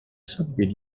soviet